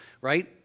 right